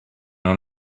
own